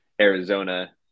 Arizona